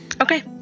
Okay